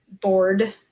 board